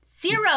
Zero